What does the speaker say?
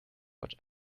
but